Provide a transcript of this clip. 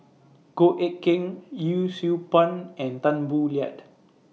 Goh Eck Kheng Yee Siew Pun and Tan Boo Liat